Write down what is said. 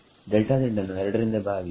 delta z ಅನ್ನು 2ರಿಂದ ಭಾಗಿಸಿ